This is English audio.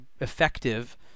effective